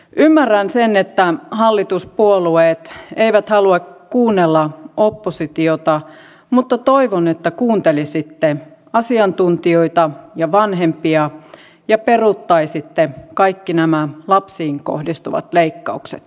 ymmärrän sen että hallituspuolueet eivät halua kuunnella oppositiota mutta toivon että kuuntelisitte asiantuntijoita ja vanhempia ja peruuttaisitte kaikki nämä lapsiin kohdistuvat leikkaukset